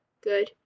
good